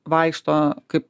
vaikšto kaip